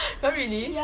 !huh! really